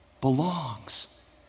belongs